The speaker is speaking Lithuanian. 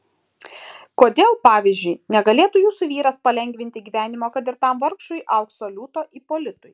kodėl pavyzdžiui negalėtų jūsų vyras palengvinti gyvenimo kad ir tam vargšui aukso liūto ipolitui